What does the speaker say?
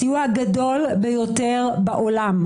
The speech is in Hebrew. הסיוע הגדול ביותר בעולם.